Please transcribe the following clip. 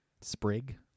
Sprig